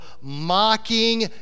mocking